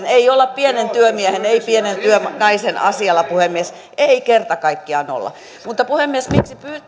ei olla pienen työmiehen ei pienen työnaisen asialla puhemies ei kerta kaikkiaan olla mutta puhemies miksi